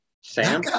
Sam